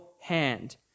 hand